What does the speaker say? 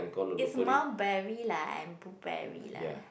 it's mulberry lah and blueberry lah